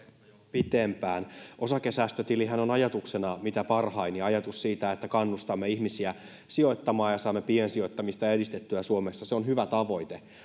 pidempään osakesäästötilihän on ajatuksena mitä parhain ja ajatus siitä että kannustamme ihmisiä sijoittamaan ja saamme piensijoittamista edistettyä suomessa on hyvä tavoite ja